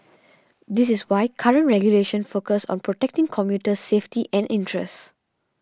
this is why current regulations focus on protecting commuter safety and interests